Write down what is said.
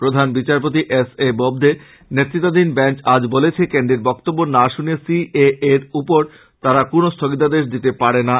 প্রধান বিচারপতি S A Bobde নেতৃত্বধীন বেঞ্চ আজ বলেছে কেন্দ্রের বক্তব্য না শুনে সি এ এ র উপর তারা কোনো স্থগিতাদেশ দিতে পারেনা